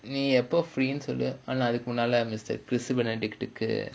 நீ எப்போ:nee eppo free சொல்லு ஆனா அதுக்கு முன்னால:sollu aanaa athukku munnaala mister chris~